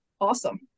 awesome